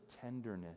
tenderness